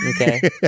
Okay